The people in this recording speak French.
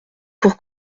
pour